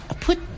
put